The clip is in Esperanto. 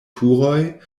turoj